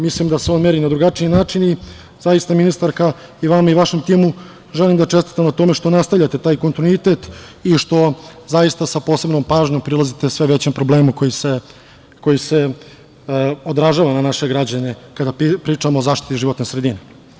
Mislim da se on meri na drugačiji način i zaista ministarka i vama i vašem timu želim da čestitam na tome što nastavljate taj kontinuitet i što zaista sa posebnom pažnjom prilazite sve većem problemu koji se odražava na naše građane, kada pričamo o zaštiti životne sredine.